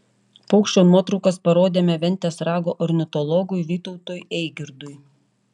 paukščio nuotraukas parodėme ventės rago ornitologui vytautui eigirdui